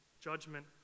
judgment